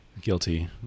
Guilty